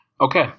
Okay